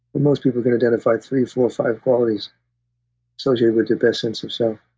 most people can identify three four, five qualities associated with their best sense of self.